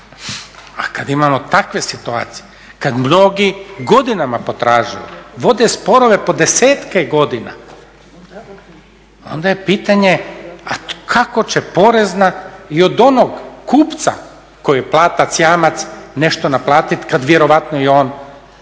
A kad imamo takve situacije kad mnogi godinama potražuju, vode sporove po desetke godina onda je pitanje a kako će porezna i od onog kupca koji je platac jamac nešto naplatiti kad vjerojatno i on nije